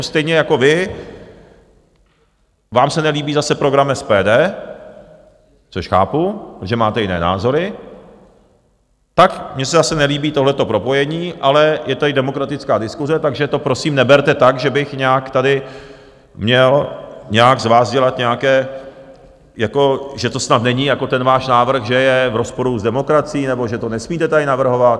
Stejně jako vy, vám se nelíbí zase program SPD, což chápu, že máte jiné názory, tak mně se zase nelíbí tohleto propojení, ale je tady demokratická diskuse, takže to prosím neberte tak, že bych nějak tady měl nějak z vás dělat nějaké, jako že to snad není jako, ten váš návrh že je v rozporu s demokracií nebo že to nesmíte tady navrhovat.